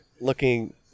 looking